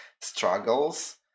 struggles